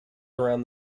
around